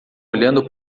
olhando